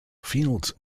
fields